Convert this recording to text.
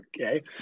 okay